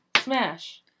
Smash